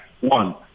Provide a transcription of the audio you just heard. One